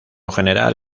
general